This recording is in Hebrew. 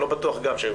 ואני לא בטוח בכך.